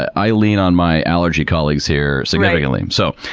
i lean on my allergy colleagues here significantly. so,